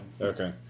Okay